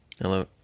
Hello